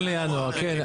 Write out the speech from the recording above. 1 בינואר, כן.